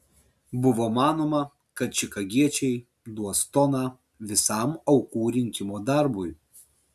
buvo manoma kad čikagiečiai duos toną visam aukų rinkimo darbui